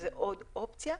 זו עוד אופציה,